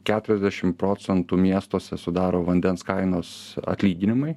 keturiasdešim procentų miestuose sudaro vandens kainos atlyginimai